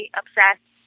obsessed